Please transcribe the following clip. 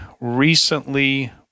recently